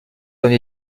comme